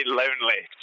lonely